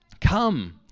Come